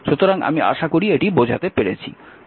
সুতরাং আমি আশা করি এটি বোঝাতে পেরেছি